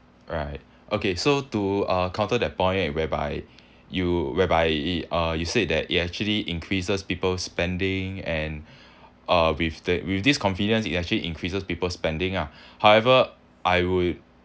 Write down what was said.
right okay so to uh counter that point whereby you whereby uh you said that it actually increases people's spending and uh with the with this convenience it actually increases people spending lah however I would